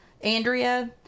Andrea